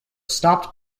stopped